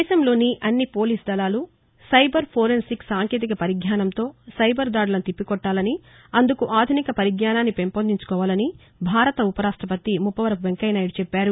దేశంలోని అన్ని పోలీసు దళాలు సైబర్ ఫోరెన్సిక్ సాంకేతిక పరిజ్ఞానంతో సైబర్ దాడులను తిప్పి కొట్టాలని అందుకు ఆధునిక పరిజ్ఞానాన్ని పెంపొందించుకోవాలని భారత ఉపరాష్టపతి ముప్పవరపు వెంకయ్య నాయుడు చెప్పారు